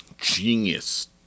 genius